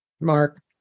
Mark